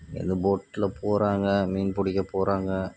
இங்கேருந்து போட்டில் போகிறாங்க மீன் பிடிக்க போகிறாங்க